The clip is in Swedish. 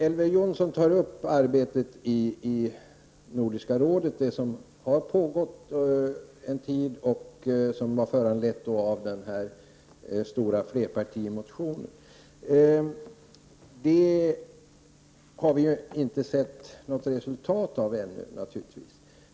Elver Jonsson talade om arbetet i Nordiska rådet, det som har pågått en tid och som föranleddes av den stora flerpartimotionen. Vi har naturligtvis ännu inte sett något resultat av detta arbete.